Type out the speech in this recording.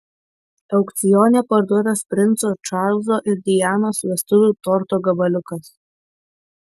aukcione parduotas princo čarlzo ir dianos vestuvių torto gabaliukas